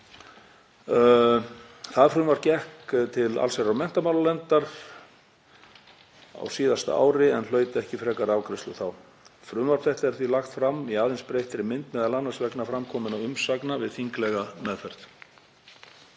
Það frumvarp gekk til allsherjar- og menntamálanefndar á síðasta ári en hlaut ekki frekari afgreiðslu þá. Frumvarp þetta er því lagt fram í aðeins breyttri mynd, m.a. vegna framkominna umsagna við þinglega meðferð.